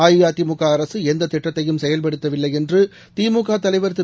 அஇஅதிமுகஅரகஎந்ததிட்டத்தையும் செயல்படுத்தவில்லைஎன்றுதிமுகதலைவர் திரு